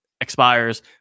expires